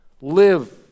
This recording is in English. Live